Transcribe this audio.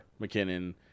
McKinnon